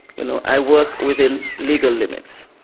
you know, i work within legal limits.